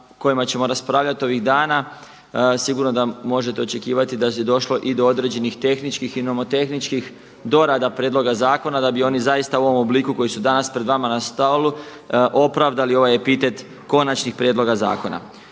kojima ćemo raspravljati ovih dana sigurno da možete očekivati da je došlo i do određenih tehničkih i nomotehničkih dorada prijedloga zakona da bi oni zaista u ovom obliku koji su dana pred vama na stolu opravdali ovaj epitet konačnih prijedloga zakona.